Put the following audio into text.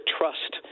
trust